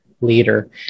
leader